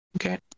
Okay